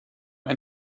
ein